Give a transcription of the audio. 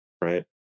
right